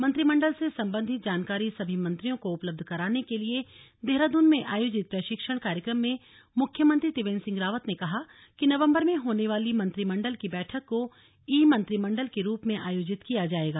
मंत्रिमण्डल से सम्बन्धित जानकारी सभी मंत्रियों को उपलब्ध कराने के लिए देहरादून में आयोजित प्रशिक्षण कार्यक्रम में मुख्यमंत्री त्रिवेन्द्र सिंह रावत ने कहा कि नवम्बर में होने वाली मंत्रिमण्डल की बैठक को ई मंत्रिमण्डल के रूप में आयोजित किया जाएगा